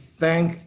thank